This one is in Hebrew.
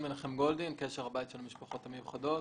קשר, הבית של המשפחות המיוחדות.